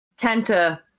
Kenta